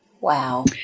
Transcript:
Wow